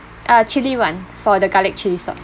uh chilli [one] for the garlic chilli sauce